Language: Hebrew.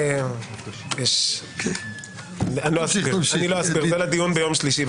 אני לא אסביר, זה לדיון ביום שלישי.